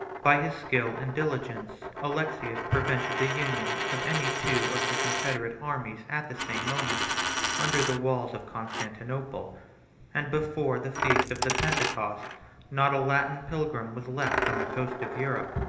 by his skill and diligence, alexius prevented the union of any two of the confederate armies at the same moment under the walls of constantinople and before the feast of the pentecost not a latin pilgrim was left on the coast of europe.